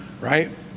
right